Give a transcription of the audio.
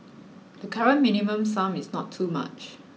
the current minimum sum is not too much